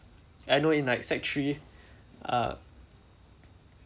I know in like sec three uh